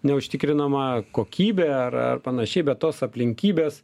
neužtikrinama kokybė ar ar panašiai bet tos aplinkybės